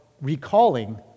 recalling